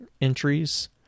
entries